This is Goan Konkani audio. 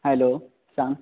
हॅलो सांग